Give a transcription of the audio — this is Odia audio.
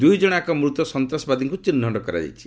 ଦୁଇଜଣ ଯାକ ମୃତ ସନ୍ତାସବାଦୀଙ୍କୁ ଚିହ୍ନଟ କରାଯାଇଛି